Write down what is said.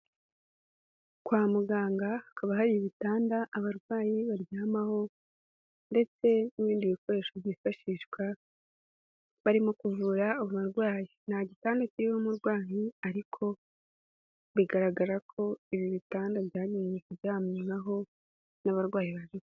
Kwa muganga hakaba hari ibitanda abarwayi baryamaho, ndetse n'ibindi bikoresho byifashishwa barimo kuvura abarwayi, nta gitanda kirimo umurwayi ariko bigaragara ko ibi bitanda byamenyereye kuryamwaho n'abarwayi baje...